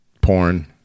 porn